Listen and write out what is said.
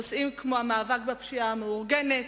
נושאים כמו המאבק בפשיעה המאורגנת,